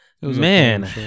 Man